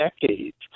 decades